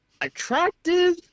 attractive